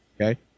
okay